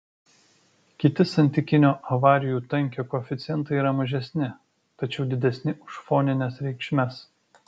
kiti santykinio avarijų tankio koeficientai yra mažesni tačiau didesni už fonines reikšmes